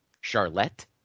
Charlotte